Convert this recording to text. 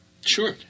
Sure